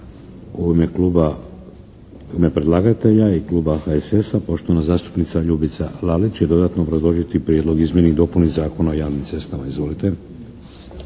u ime predlagatelja i Kluba HSS-a poštovana zastupnica Ljubica Lalić će dodatno obrazložiti Prijedlog o izmjeni i dopuni Zakona o javnim cestama. Izvolite.